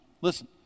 Listen